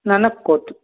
না না কত